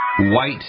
white